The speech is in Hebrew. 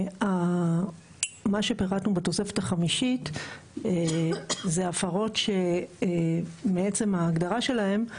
מה שפירטנו בתוספת החמישית זה הפרות שמעצם ההגדרה שלהן,